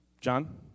John